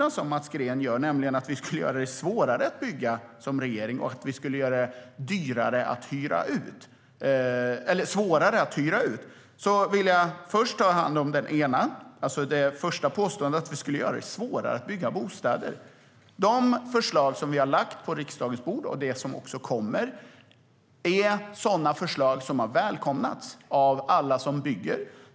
Jag ska ta upp Mats Greens två påståenden, nämligen att vi som regering skulle göra det svårare att bygga och göra det svårare att hyra ut. Det första påståendet handlade om att vi skulle göra det svårare att bygga bostäder. De förslag som vi har lagt på riksdagens bord, och de som också kommer, är sådana förslag som har välkomnats av alla som bygger.